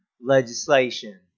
legislation